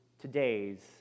today's